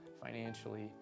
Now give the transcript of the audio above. financially